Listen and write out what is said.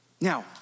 Now